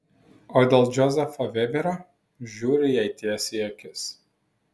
o dėl džozefo vėberio žiūriu jai tiesiai į akis